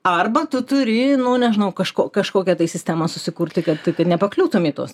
arba tu turi nu nežinau kažko kažkokią sistemą susikurti kad kad nepakliūtum į tuos